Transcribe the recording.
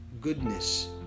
goodness